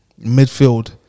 Midfield